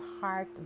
heart